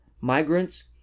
migrants